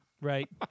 Right